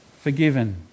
forgiven